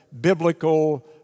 biblical